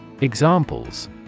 Examples